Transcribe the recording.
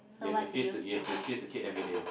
you have to fist you have to kiss the kids everyday